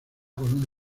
con